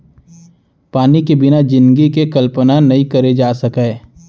पानी के बिना जिनगी के कल्पना नइ करे जा सकय